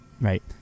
right